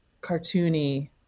cartoony